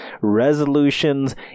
resolutions